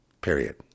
Period